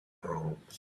proms